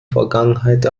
vergangenheit